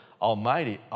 almighty